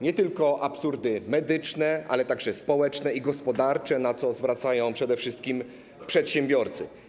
Nie tylko absurdy medyczne, ale także społeczne i gospodarcze, na co zwracają przede wszystkim przedsiębiorcy.